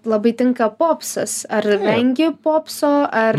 labai tinka popsas ar vengi popso ar